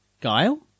Guile